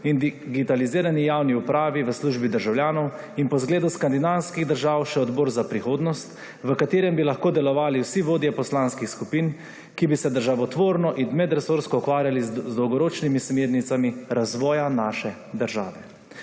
in digitalizirani javni upravi v službi državljanov, in po zgledu skandinavskih držav še odbor za prihodnost, v katerem bi lahko delovali vsi vodje poslanskih skupin, ki bi se državotvorno in medresorsko ukvarjali z dolgoročnimi smernicami razvoja naše države.